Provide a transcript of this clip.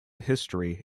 history